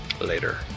later